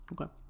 Okay